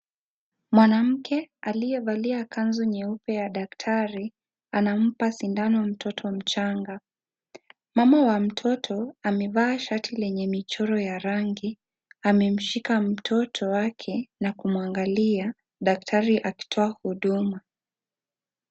Mwanamke, aliyevalia kanzu nyeupe ya daktari anampa sindano mtoto mchanga. Mama wa mtoto, amevaa shati lenye michoro ya rangi, amemshika mtoto wake na kumwangalia daktari akitoa huduma.